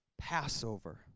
Passover